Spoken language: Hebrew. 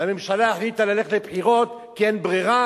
והממשלה החליטה ללכת לבחירות כי אין ברירה,